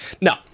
no